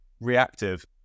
reactive